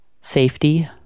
safety